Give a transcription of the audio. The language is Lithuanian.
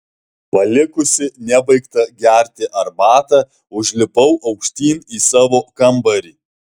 palikusi nebaigtą gerti arbatą užlipau aukštyn į savo kambarį